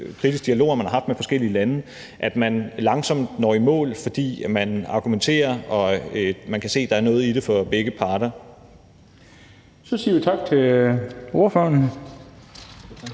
kritiske dialoger, man har haft med forskellige lande, at man langsomt når i mål, fordi man argumenterer og kan se, at der er noget i det for begge parter. Kl. 10:42 Den fg. formand